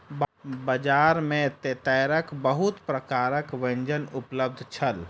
बजार में तेतैरक बहुत प्रकारक व्यंजन उपलब्ध छल